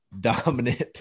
dominant